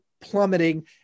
plummeting